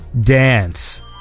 Dance